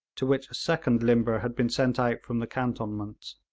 to which a second limber had been sent out from the cantonments.